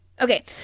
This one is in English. Okay